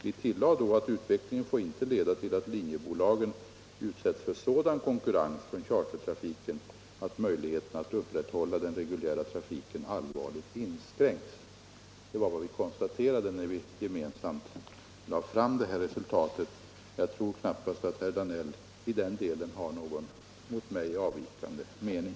Vi tillade då att utvecklingen inte får leda till att linjebolagen utsätts för sådan konkurrens från chartertrafiken, att möjligheterna att upprätthålla den reguljära trafiken allvarligt inskränks. — Detta konstaterade vi när vi gemensamt lade fram resultatet. Jag tror knappast att herr Danell i den delen har någon avvikande mening.